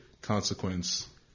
consequence